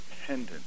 dependent